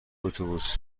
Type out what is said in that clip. اتوبوس